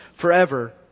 forever